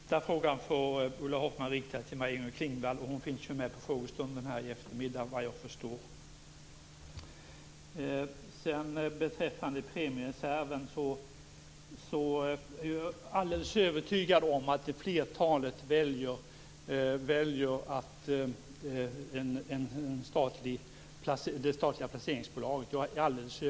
Fru talman! Den sista frågan får Ulla Hoffmann rikta till Maj-Inger Klingvall. Hon finns ju med på frågestunden här i eftermiddag, vad jag förstår. Beträffande premiereserven är jag alldeles övertygad om att flertalet väljer det statliga placeringsbolaget.